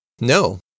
No